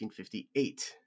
1958